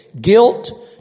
guilt